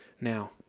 now